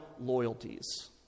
loyalties